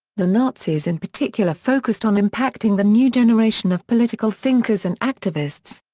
the nazis in particular focused on impacting the new generation of political thinkers and activists.